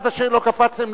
עד אשר לא קפצתם,